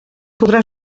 podrà